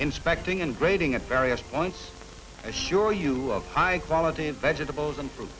inspecting and grading at various points assure you of high quality vegetables and fruit